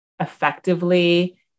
effectively